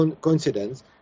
coincidence